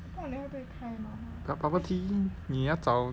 bubble tea 你要找